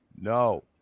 no